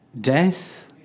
death